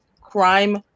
crime